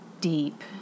Deep